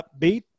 upbeat